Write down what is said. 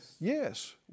Yes